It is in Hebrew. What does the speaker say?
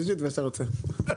יום.